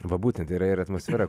va būtent yra ir atmosfera